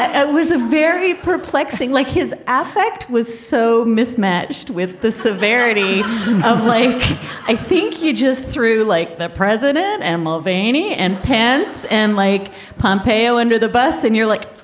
ah ah it was a very perplexing like his affect was so mismatched with the severity of life i think he just threw like the president and mulvany and pants and like pompeo under the bus. and you're like,